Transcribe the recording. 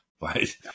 right